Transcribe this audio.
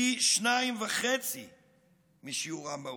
פי 2.5 משיעורם באוכלוסייה.